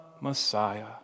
Messiah